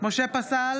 משה פסל